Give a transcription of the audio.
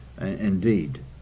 Indeed